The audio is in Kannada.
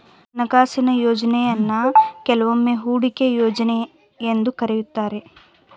ಹಣಕಾಸಿನ ಯೋಜ್ನಯನ್ನು ಕೆಲವೊಮ್ಮೆ ಹೂಡಿಕೆ ಯೋಜ್ನ ಎಂದು ಕರೆಯುತ್ತಾರೆ